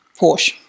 Porsche